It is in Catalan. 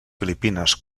filipines